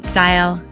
Style